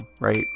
right